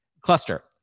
cluster